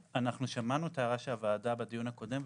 שמענו את ההערה של הוועדה בדיון הקודם,